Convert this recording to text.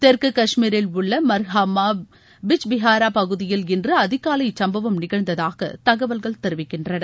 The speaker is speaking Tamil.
தெற்கு காஷ்மீரில் உள்ள மர்ஹமா பிஜ்பிஹாரா பகுதியில் இன்று அதிகாலை இச்சம்பவம் நிகழ்ந்ததாக தகவல்கள் தெரிவிக்கின்றன